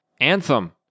Anthem